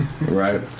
Right